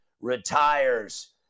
retires